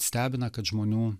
stebina kad žmonių